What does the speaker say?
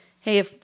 hey